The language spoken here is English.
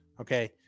Okay